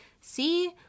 see